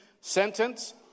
sentence